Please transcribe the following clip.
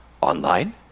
online